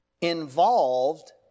involved